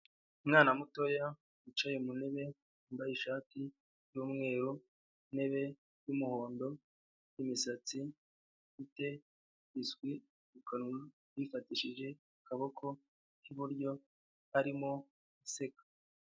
Umwana mutoya wicaye mu ntebe wambaye ishati y'umweru, intebe y'umuhondo n'imisatsi i biswi mu yifashishije akaboko k'iburyo arimo aseka.